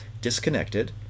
disconnected